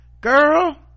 girl